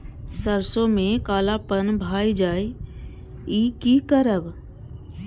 सरसों में कालापन भाय जाय इ कि करब?